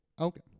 Okay